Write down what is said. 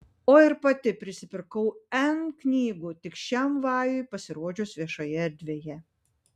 o ir pati prisipirkau n knygų tik šiam vajui pasirodžius viešoje erdvėje